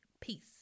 Peace